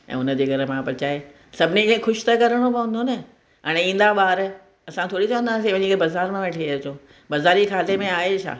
ऐं उनजा घर में पचाए सभिनी खे ख़ुशि त करणो पवंदो न हाणे ईंदा ॿार असां थोरी चवंदासीं वञी बाज़ारि मां वठी अचो बज़ारी खाधे में आहे छा